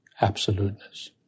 absoluteness